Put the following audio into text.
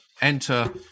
enter